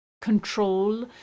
control